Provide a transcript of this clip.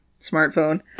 smartphone